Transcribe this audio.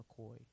McCoy